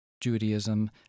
Judaism